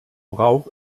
rauch